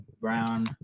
brown